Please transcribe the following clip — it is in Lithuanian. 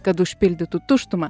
kad užpildytų tuštumą